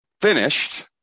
finished